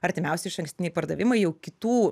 artimiausi išankstiniai pardavimai jau kitų